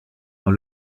dans